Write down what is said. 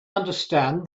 understand